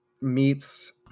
meets